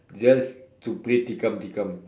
just to play tikam tikam